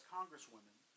Congresswomen